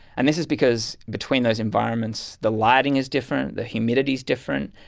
and this is because between those environments, the lighting is different, the humidity is different,